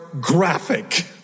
graphic